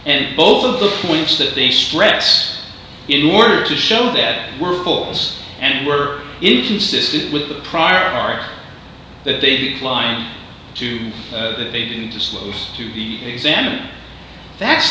and both of the points that they stressed in order to show that we're poles and were insistent with the prior art that they declined to that they didn't disclose to the exam and that's